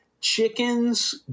chickens